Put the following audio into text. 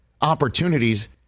opportunities